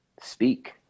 speak